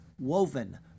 woven